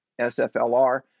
SFLR